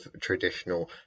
traditional